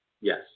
Yes